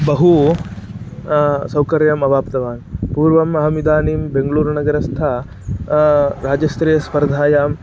बहु सौकर्यम् अवाप्तवान् पूर्वम् अहम् इदानीं बेङ्गळूरुनगरस्थ राज्यस्तरीयस्पर्धायाम्